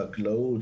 חקלאות,